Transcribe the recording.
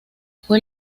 fue